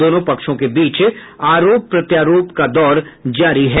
दोनों पक्षों के बीच आरोप प्रत्यारोप का दौर जारी है